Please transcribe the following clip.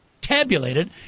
tabulated